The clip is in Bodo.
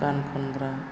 गान खनग्रा